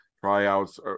tryouts